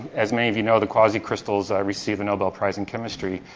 as many of you know, the quasicrystals received a nobel prize in chemistry